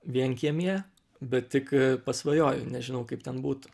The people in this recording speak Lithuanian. vienkiemyje bet tik pasvajoju nežinau kaip ten būtų